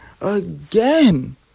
Again